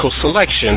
selection